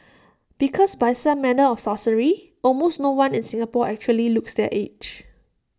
because by some manner of sorcery almost no one in Singapore actually looks their age